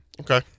Okay